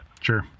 Sure